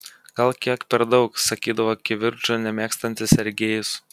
gal kiek per daug sakydavo kivirčų nemėgstantis sergejus